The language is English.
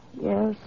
Yes